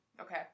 Okay